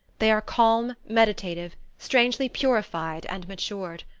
they are calm, meditative, strangely purified and matured.